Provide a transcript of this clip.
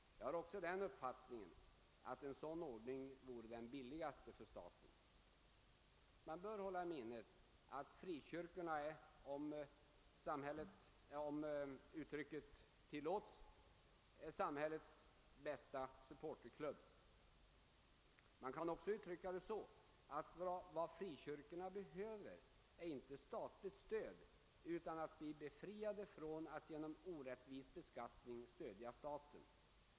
Jag har också den uppfattningen att en sådan ordning vore den billigaste för staten. Man bör hålla i minnet att frikyrkorna är, om uttrycket tillåtes, samhällets bästa supporterklubb. Man kan också uttrycka det så, att vad frikyrkorna behöver är inte statligt stöd utan att bli befriade från att genom orättvis beskattning stödja staten.